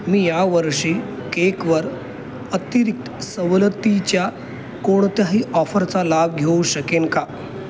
मी या वर्षी केकवर अतिरिक्त सवलतीच्या कोणत्याही ऑफरचा लाभ घेऊ शकेन का